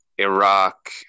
Iraq